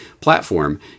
platform